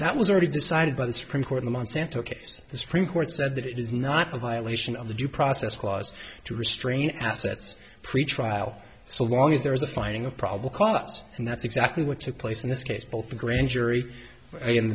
that was already decided by the supreme court the monsanto case the supreme court said that it is not a violation of the due process clause to restrain assets pretrial so long as there is a finding of probable cause and that's exactly what took place in this case both the grand jury and